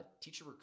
teacher